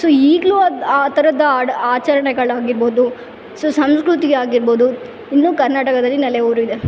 so ಈಗಲೂ ಅದು ಆ ಥರದ ಆಡು ಆಚರಣೆಗಳಾಗಿರ್ಬೌದು ಸೊ ಸಂಸ್ಕೃತಿಯಾಗಿರ್ಬೌದು ಇನ್ನು ಕರ್ನಾಟಕದಲ್ಲಿ ನೆಲೆ ಊರಿದೆ